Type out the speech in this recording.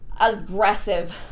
aggressive